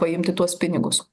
paimti tuos pinigus